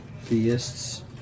theists